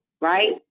Right